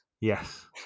yes